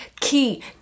key